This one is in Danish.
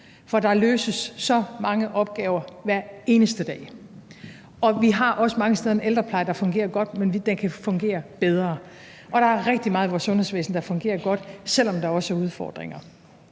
For der løses så mange opgaver hver eneste dag, og vi har også mange steder en ældrepleje, der fungerer godt, men den kan fungere bedre. Og der er rigtig meget i vores sundhedsvæsen, der fungerer godt, selv om der også er udfordringer.